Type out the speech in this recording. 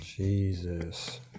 Jesus